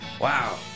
wow